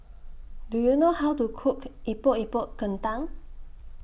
Do YOU know How to Cook Epok Epok Kentang